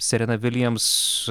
serena vilijams